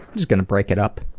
just gonna break it up.